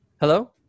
Hello